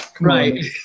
Right